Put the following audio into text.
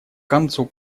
концу